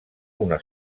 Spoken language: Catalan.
una